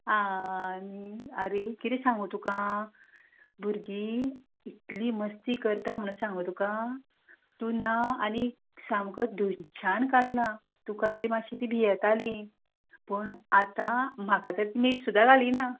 आं आरे कितें सांगूं तुका भुरगीं इतली मस्ती करता म्हूण सांगूं तुका तूं ना आनी सामको धुच्छान कळ्ळें तुका तरी माश्शीं तीं भियेतालीं पूण आतां म्हाका तर मीठ सुद्दां घालिना